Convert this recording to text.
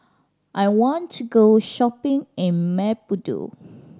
I want to go shopping in Maputo